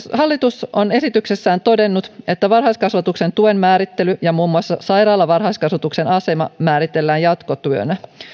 hallitus on esityksessään todennut että varhaiskasvatuksen tuen määrittely ja muun muassa sairaalavarhaiskasvatuksen asema määritellään jatkotyönä